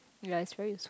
yea it's very useful